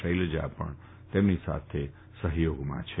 શૈલજા પણ તેમની સાથે સફથોગમાં છે